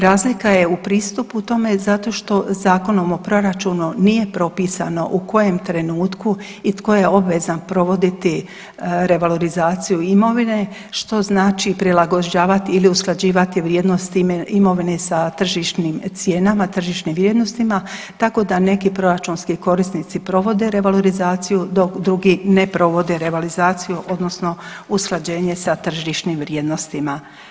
Razlika je u pristupu tome zato što Zakonom o proračunu nije propisano u kojem trenutku i tko je obvezan provoditi revalorizaciju imovine što znači prilagođavat ili usklađivat vrijednost imovine sa tržišnim cijenama, tržišnim vrijednostima tako da neki proračunski korisnici provode revalorizaciju dok drugi ne provode revalorizaciju odnosno usklađenje sa tržišnim vrijednostima.